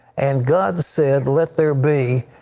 and god said let there be.